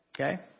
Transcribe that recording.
Okay